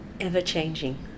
ever-changing